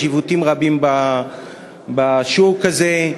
יש עיוותים רבים בשוק הזה,